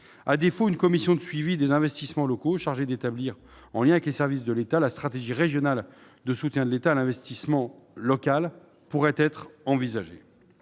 créer une commission de suivi des investissements locaux chargée d'établir, en lien avec les services de l'État, la stratégie régionale de soutien de l'État à l'investissement local. La commission